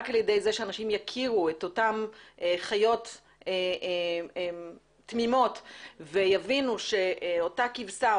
רק על ידי זה שאנשים יכירו את אותן חיות תמימות ויבינו שאותה כבשה,